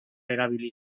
erabili